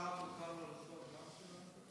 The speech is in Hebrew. גם שר מטעם הממשלה יכול לשאול שאלה?